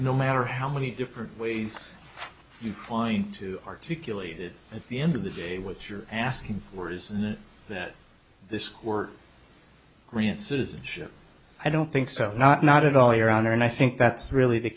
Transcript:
no matter how many different ways you find two articulated at the end of the day what you're asking for is that this were grant citizenship i don't think so not not at all your honor and i think that's really the